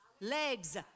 legs